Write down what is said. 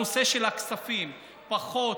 הנושא של הכספים פחות,